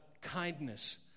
kindness